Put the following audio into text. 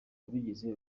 wabigize